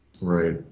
Right